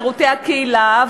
שירותי הקהילה,